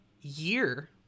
year